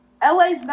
LA